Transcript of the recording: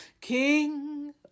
King